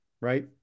right